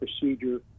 procedure